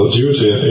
duty